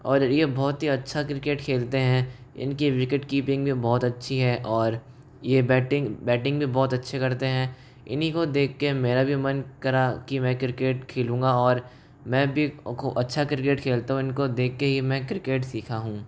और ये बहुत ही अच्छा क्रिकेट खेलते हैं इनकी विकेटकीपिंग भी बहुत अच्छी है और ये बैटिंग बैटिंग भी बहुत अच्छी करते हैं इन्हीं को देख के मेरा भी मन करा की मैं क्रिकेट खेलूंगा और मैं भी अच्छा क्रिकेट खेलता हूँ इनको देख के ही मैं क्रिकेट सीखा हूँ